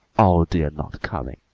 oh, they are not coming,